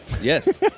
Yes